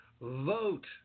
vote